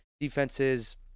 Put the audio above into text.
defenses